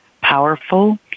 powerful